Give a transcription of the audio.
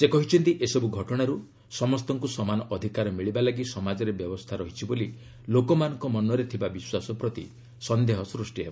ସେ କହିଛନ୍ତି ଏସବୁ ଘଟଣାରୁ ସମସ୍ତଙ୍କୁ ସମାନ ଅଧିକାର ମିଳିବା ଲାଗି ସମାଜରେ ବ୍ୟବସ୍ଥା ରହିଛି ବୋଲି ଲୋକମାନଙ୍କ ମନରେ ଥିବା ବିଶ୍ୱାସ ପ୍ରତି ସନ୍ଦେହ ସୃଷ୍ଟି ହେବ